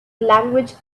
language